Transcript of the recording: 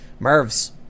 Mervs